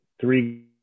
three